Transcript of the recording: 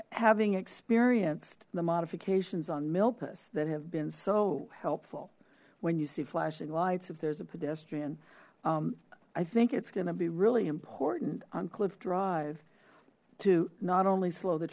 having experienced the modifications on milpas that have been so helpful when you see flashing lights if there's a pedestrian i think it's going to be really important on cliff drive to not only slow the